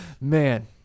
Man